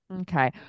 Okay